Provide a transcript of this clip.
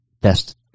best